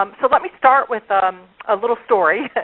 um so let me start with um a little story